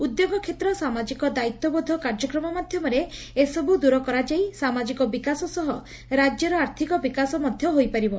ଉଦ୍ୟୋଗ ଷେତ୍ର ସାମାଜିକ ଦାୟିତ୍ୱବୋଧ କାର୍ଯ୍ୟକ୍ରମ ମାଧ୍ଧମରେ ଏସବୁ ଦୂର କରାଯାଇ ସାମାଜିକ ବିକାଶ ସହ ରାଜ୍ୟର ଆର୍ଥିକ ବିକାଶ ମଧ୍ଧ ହୋଇପାରିବ